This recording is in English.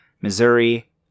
Missouri